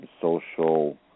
social